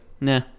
nah